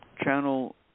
channel